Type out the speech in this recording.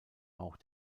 auch